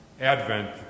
Advent